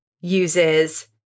uses